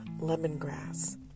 lemongrass